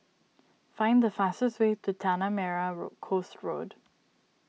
find the fastest way to Tanah Merah Coast Road